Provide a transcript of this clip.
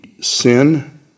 sin